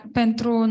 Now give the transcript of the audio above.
pentru